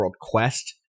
Quest